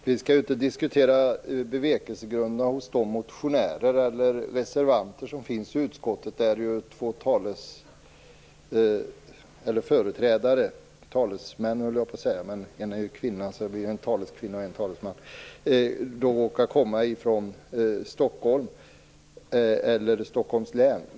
Fru talman! Vi skall inte diskutera bevekelsegrunderna hos de motionärer eller de reservanter som finns i utskottet. Dessa företrädare från utskottet, en man och en kvinna, råkar komma från Stockholm eller Stockholms län.